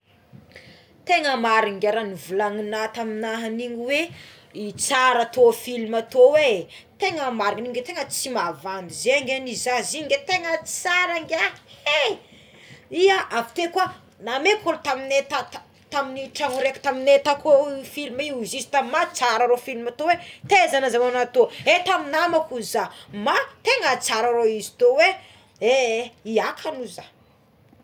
Tegna marigna ngia raha volagnao tamignaha igny oe i tsara tô film tô é tegna marina igny ngia tegna tsy mavandy ze ngia nizaha izy igny tegna tsara ngia hé ia avikeo koa nameko tamigny olo tamignay tato, tamin'ny trano araika taminay ta koa film io ozizy tamina tsara ro film toy é taiza nazahonao toy tao amign'ny namako ozy za tegna tsara ro izy to é ia kany ozy zah.